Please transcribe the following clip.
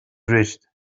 reached